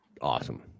awesome